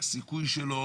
הסיכוי שלו